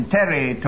Terry